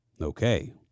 Okay